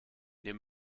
dem